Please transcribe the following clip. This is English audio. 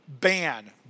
BAN